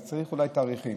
אז צריך אולי תאריכים,